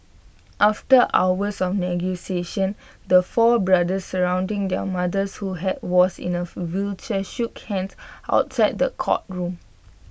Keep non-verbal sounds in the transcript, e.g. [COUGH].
after hours of negotiations the four brothers surrounding their mothers who [UNINTELLIGIBLE] was in A wheelchair shook hands outside the courtroom